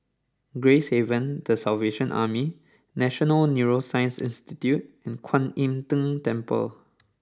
Gracehaven The Salvation Army National Neuroscience Institute and Kwan Im Tng Temple